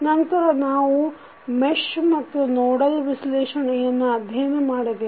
ನಂತರ ನಾವು ಮೇಶ್ ಮತ್ತು ನೋಡಲ್ ವಿಶ್ಲೇಷಣೆಯನ್ನು ಅಧ್ಯಯನ ಮಾಡಿದೆವು